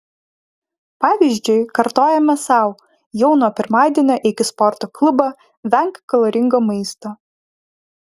pavyzdžiui kartojame sau jau nuo pirmadienio eik į sporto klubą venk kaloringo maisto